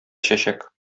чәчәк